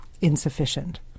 insufficient